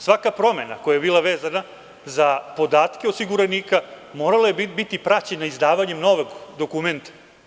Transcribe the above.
Svaka promena koja je bila vezana za podatke osiguranika, morala je biti praćena izdavanjem novog dokumenta.